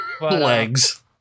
Legs